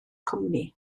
cwmni